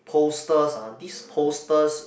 posters uh these posters